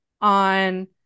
on